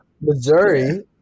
Missouri